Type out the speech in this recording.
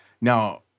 Now